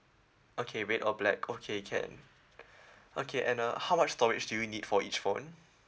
okay red or black okay can okay and uh how much storage do you need for each phone